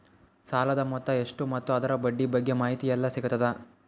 ಸಾಲದ ಮೊತ್ತ ಎಷ್ಟ ಮತ್ತು ಅದರ ಬಡ್ಡಿ ಬಗ್ಗೆ ಮಾಹಿತಿ ಎಲ್ಲ ಸಿಗತದ?